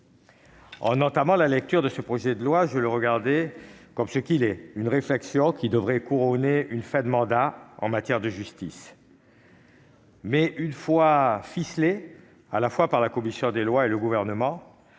En entamant la lecture de ce projet de loi, je le regardais comme ce qu'il est : une réflexion qui devrait couronner une fin de mandat en matière de justice. Mais, une fois ce texte ficelé, à la fois par la commission des lois et par le Gouvernement,